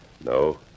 No